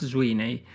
Sweeney